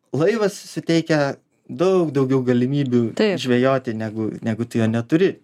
laivas suteikia daug daugiau galimybių žvejoti negu negu tu jo neturi